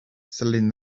selling